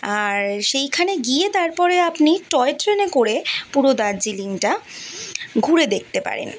আর সেইখানে গিয়ে তার পরে আপনি টয় ট্রেনে করে পুরো দার্জিলিংটা ঘুরে দেখতে পারেন